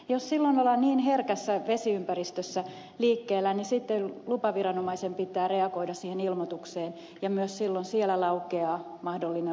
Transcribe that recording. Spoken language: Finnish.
jos silloin ollaan herkässä vesiympäristössä liikkeellä niin sitten lupaviranomaisen pitää reagoida siihen ilmoitukseen ja myös silloin siellä laukeaa mahdollinen lupavelvollisuus